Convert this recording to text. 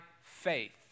faith